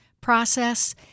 process